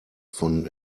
von